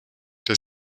der